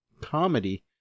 comedy